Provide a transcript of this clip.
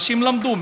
אנשים למדו,